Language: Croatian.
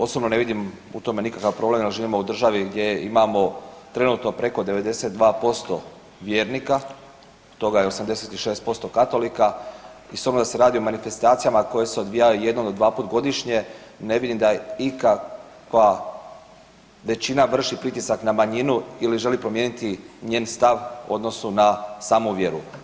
Osobno ne vidim u tome nikakav problem jer živimo u državi gdje imamo trenutno preko 92% vjernika, od toga je 86% katolika i s obzirom da se radi o manifestacijama koje se odvijaju jednom do dva puta godišnje ne vidim da je ikakva većina vrši pritisak na manjinu ili želi promijeniti njen stav u odnosu na samu vjeru.